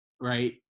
right